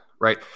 right